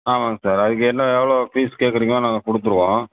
ஆமாங்க சார் அதுக்கு என்ன எவ்வளோ ஃபீஸ் கேட்குறீங்களோ நாங்கள் கொடுத்துடுவோம்